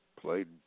played